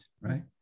right